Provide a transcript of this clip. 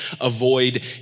avoid